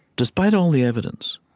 despite all the evidence,